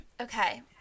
Okay